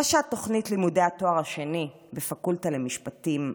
ראשת תוכנית לימודי התואר השני בפקולטה למשפטים,